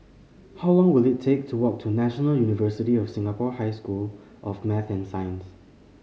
how long will it take to walk to National University of Singapore High School of Math and Science